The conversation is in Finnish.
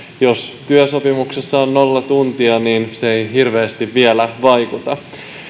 jos työsopimuksessa on nolla tuntia niin se ei hirveästi vielä vaikuta